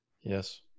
Yes